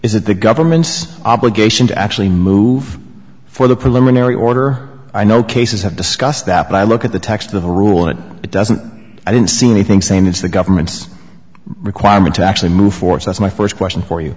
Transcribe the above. is it the government's obligation to actually move for the preliminary order i know cases have discussed that and i look at the text of the rule it doesn't i don't see anything saying it's the government's requirement to actually move force that's my first question for you